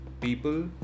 people